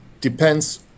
depends